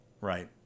right